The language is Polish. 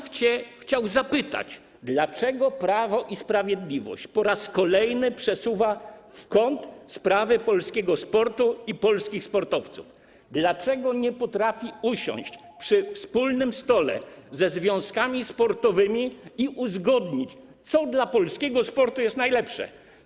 Chciałbym zapytać, dlaczego Prawo i Sprawiedliwość po raz kolejny przesuwa w kąt sprawę polskiego sportu i polskich sportowców, dlaczego nie potrafi usiąść przy wspólnym stole ze związkami sportowymi i uzgodnić, co dla polskiego sportu jest najlepsze.